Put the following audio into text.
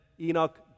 Enoch